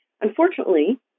Unfortunately